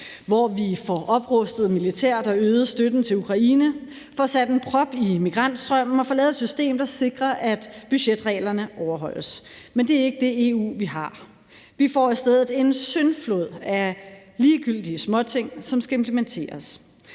hvor vi får oprustet militært og øget støtten til Ukraine, får sat en prop i migrationsstrømmen og får lavet et system, der sikrer, at budgetreglerne overholdes. Men det er ikke det EU, vi har. Vi får i stedet en syndflod af ligegyldige småting, som skal implementeres.